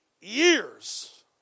years